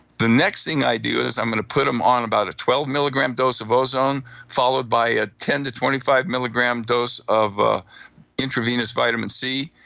the next thing i do is i'm going to put them on about a twelve milligram dose of ozone followed by a ten twenty five milligram dose of ah intravenous vitamin c.